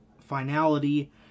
finality